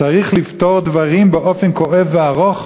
"צריך לפתור דברים באופן הכואב והארוך,